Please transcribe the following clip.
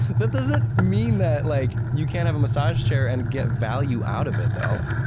that doesn't mean that like you can't have a massage chair and get value out of it though,